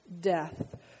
death